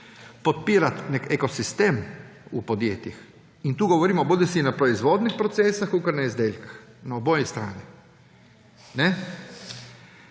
Podpirati nek ekosistem v podjetjih; in tu govorimo bodisi na proizvodnih procesih kot na izdelek. Na obeh straneh.